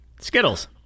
Skittles